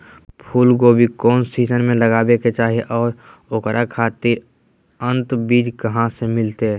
फूलगोभी कौन सीजन में लगावे के चाही और ओकरा खातिर उन्नत बिज कहा से मिलते?